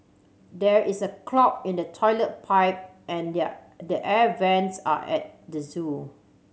there is a clog in the toilet pipe and the the air vents at the zoo